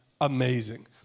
amazing